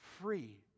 free